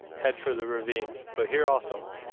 head for the ravine. but here also,